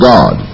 God